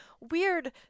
weird